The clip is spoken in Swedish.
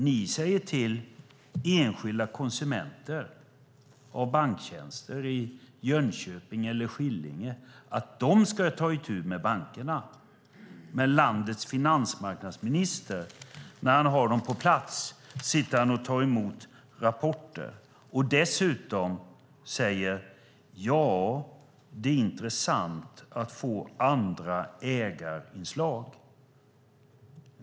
Ni säger till enskilda konsumenter av banktjänster i Jönköping eller Skillinge att de ska ta itu med bankerna. Men när landets finansmarknadsminister har dem på plats sitter han och tar emot rapporter. Dessutom säger han: Ja, det är intressant att få andra ägarinslag.